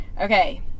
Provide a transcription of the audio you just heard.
Okay